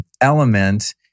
element